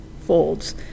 folds